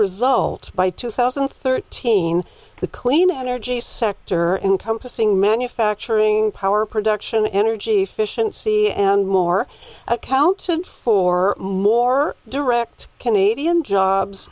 result by two thousand and thirteen the clean energy sector encompassing manufacturing power production energy efficiency and more accounted for more direct canadian jobs